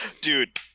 Dude